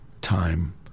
time